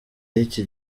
y’iki